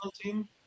team